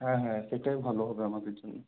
হ্যাঁ হ্যাঁ সেটাই ভালো হবে আমাদের জন্যে